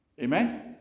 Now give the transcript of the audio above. Amen